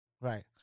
Right